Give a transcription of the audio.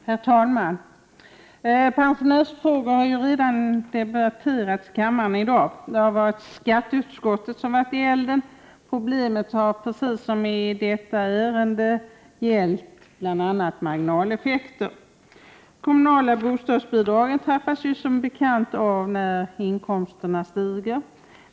Herr talman! Pensionärsfrågor har redan behandlats i kammaren i dag. Det har varit skatteutskottet som varit i elden. Problemet har, precis som i detta ärende, gällt bl.a. marginaleffekter. Det kommunala bostadsbidraget trappas som bekant av samtidigt som inkomsterna stiger.